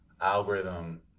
algorithm